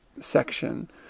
section